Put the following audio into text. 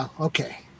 Okay